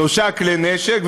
שלושה כלי נשק,